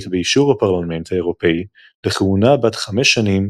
באישור הפרלמנט האירופי לכהונה בת 5 שנים,